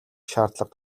шаардлага